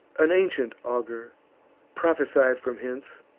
an ancient augur prophesied from hence